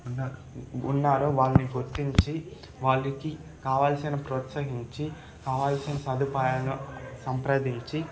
ఉన్న ఉన్నారో వాళ్ళని గుర్తించి వాళ్ళకి కావాల్సిన ప్రోత్సహించి కావాల్సిన సదుపాయాలను సంప్రదించి